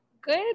Good